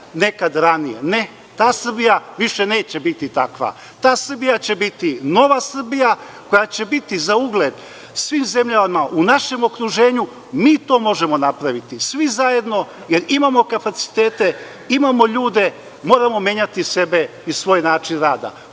nekad ranije. Ne, ta Srbija više neće biti takva, ta Srbija će biti Nova Srbija koja će biti za ugled svih zemljama u našem okruženju. Mi to možemo napraviti svi zajedno, jer imamo kapacitete, imamo ljude, moramo menjati sebe i svoj način rada.